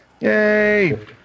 Yay